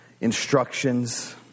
instructions